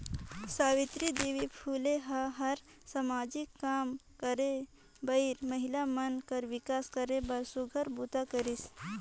सावित्री देवी फूले ह हर सामाजिक काम करे बरए महिला मन कर विकास करे बर सुग्घर बूता करिस